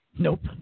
Nope